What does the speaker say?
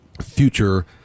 future